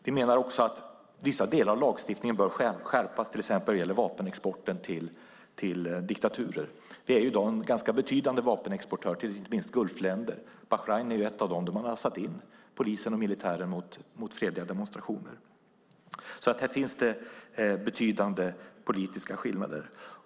Vi menar också att vissa delar av lagstiftningen bör skärpas, till exempel när det gäller vapenexporten till diktaturer. Vi är i dag en ganska betydande vapenexportör till inte minst Gulfländer. Bahrain är ett av dem. De har satt polis och militär mot fredliga demonstrationer. Här finns det betydande politiska skillnader.